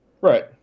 right